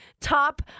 top